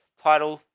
title,